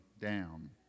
down